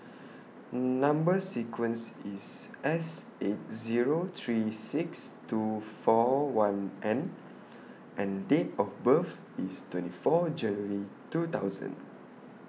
Number sequence IS S eight Zero three six two four one N and Date of birth IS twenty four January two thousand